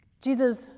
Jesus